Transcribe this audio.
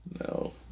No